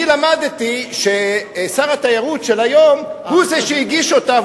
אני למדתי ששר התיירות של היום הוא מי שהגיש אותה,